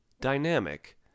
dynamic